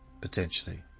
potentially